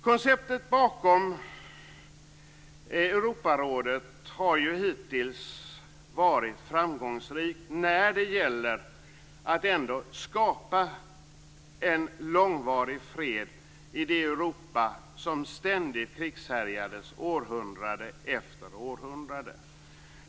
Konceptet bakom Europarådet har hittills ändå varit framgångsrikt när det gäller att skapa en långvarig fred i det Europa som ständigt krigshärjades århundrade efter århundrade.